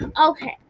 Okay